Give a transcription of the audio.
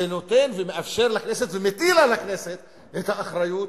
שנותן ומאפשר לכנסת, ומטיל על הכנסת את האחריות